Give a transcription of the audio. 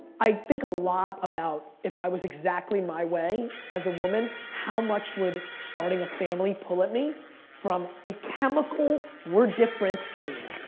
i think a lot about if i was exactly my way as a woman, how much would starting a family pull at me from a chemical we're different game.